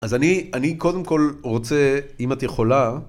אז אני קודם כל רוצה, אם את יכולה...